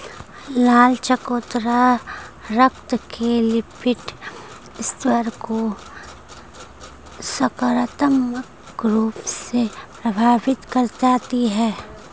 लाल चकोतरा रक्त के लिपिड स्तर को सकारात्मक रूप से प्रभावित कर जाते हैं